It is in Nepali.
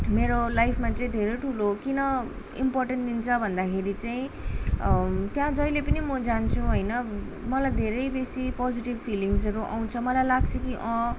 मेरो लाइफमा चाहिँ धेरै ठुलो किन इम्पोर्टेन्स दिन्छ भन्दाखेरि चाहिँ त्यहाँ जहिले पनि म जान्छु होइन मलाई धेरै बेसी पोजिटिभ फिलिङ्गसहरू आउँछ मलाई लाग्छ कि